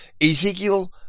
Ezekiel